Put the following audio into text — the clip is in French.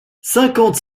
cinquante